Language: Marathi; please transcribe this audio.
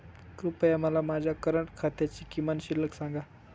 कृपया मला माझ्या करंट खात्याची किमान शिल्लक सांगा